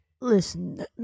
Listen